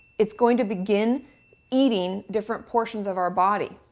it's going to begin eating different portions of our body.